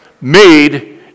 made